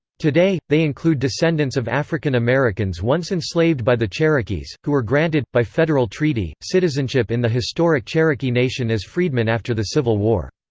today, they include descendants of african americans once enslaved by the cherokees, who were granted, by federal treaty, citizenship in the historic cherokee nation as freedmen after the civil war.